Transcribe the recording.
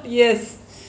yes